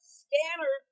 scanner